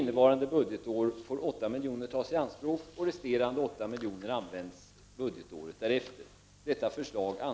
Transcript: Innevarande budgetår får 8 milj.kr. tas i anspråk, och resterande 8 milj.kr. används budgetåret 1990/91.